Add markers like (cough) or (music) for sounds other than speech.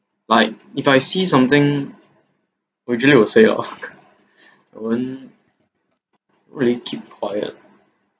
like if I see something usually will say lah (laughs) I won't really keep quiet